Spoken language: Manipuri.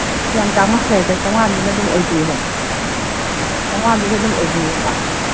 ꯌꯥꯝ ꯇꯥꯡꯃꯟꯈ꯭ꯔꯦꯗ ꯆꯥꯝꯃꯉꯥꯗꯨꯗ ꯑꯗꯨꯝ ꯑꯣꯏꯕꯤꯔꯣ ꯆꯥꯝꯃꯉꯥꯗꯨꯗ ꯑꯗꯨꯝ ꯑꯣꯏꯕꯤꯔꯣꯕ